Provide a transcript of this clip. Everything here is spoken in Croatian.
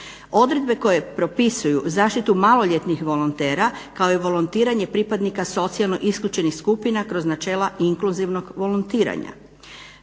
odredbe koje propisuju zaštitu maloljetnih volontera kao i volontiranje pripadnika socijalno isključenih skupina kroz načela inkluzivnog volontiranja,